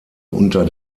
unter